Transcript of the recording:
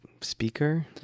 speaker